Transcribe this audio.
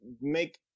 make